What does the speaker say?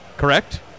Correct